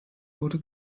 wurde